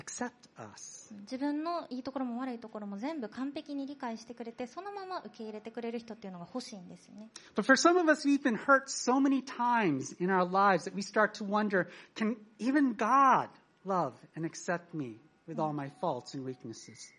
accept us.うん。自分のいいところも悪いところも全部完璧に理解してくれて、そのまま受け入れてくれる人っていうのが欲しいんですよね。But for some of us, we've been hurt so many times in our lives that we start to wonder, "Can even God love and accept me with allうん。my faults and weaknesses?"